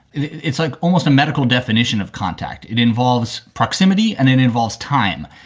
it's like almost a medical definition of contact. it involves proximity and it involves time.